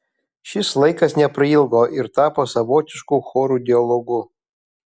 šis laikas neprailgo ir tapo savotišku chorų dialogu